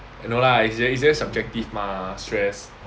no lah it's ver~ very subjective mah stress